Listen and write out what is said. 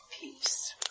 peace